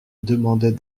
demandait